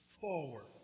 forward